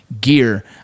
gear